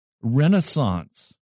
renaissance